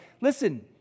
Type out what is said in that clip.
listen